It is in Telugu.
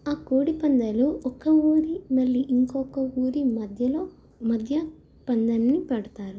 ఆ కోడి పందాలు ఒక ఊరి మళ్ళీ ఇంకొక్క ఊరి మధ్యలో మధ్య పందాన్ని పెడతారు